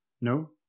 no